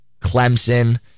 Clemson